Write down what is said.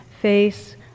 face